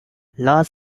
large